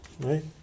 Right